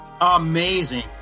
Amazing